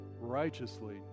righteously